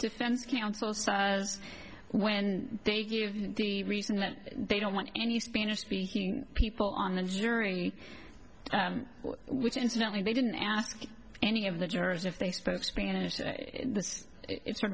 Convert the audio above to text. defense counsel so as when they give the reason that they don't want any spanish speaking people on the jury which incidentally they didn't ask any of the jurors if they spoke spanish it's sort